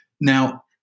Now